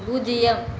பூஜ்யம்